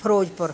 Firozpur